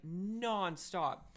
nonstop